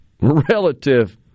relative